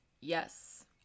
Yes